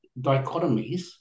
dichotomies